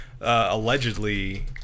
allegedly